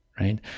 right